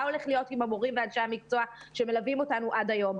מה הולך להיות עם המורים ואנשי המקצוע שמלווים אותנו עד היום?